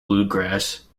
bluegrass